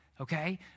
okay